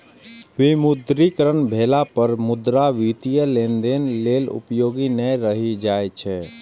विमुद्रीकरण भेला पर मुद्रा वित्तीय लेनदेन लेल उपयोगी नै रहि जाइ छै